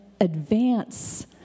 advance